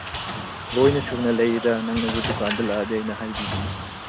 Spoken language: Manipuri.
ꯂꯣꯏꯅ ꯁꯨꯅ ꯂꯩꯗ ꯅꯪꯅꯕꯨ ꯗꯨꯀꯥꯟꯗ ꯂꯥꯛꯂꯗꯤ ꯑꯩꯅ ꯍꯥꯏꯕꯤꯒꯅꯤ